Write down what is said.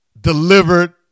delivered